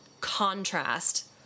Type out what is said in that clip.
contrast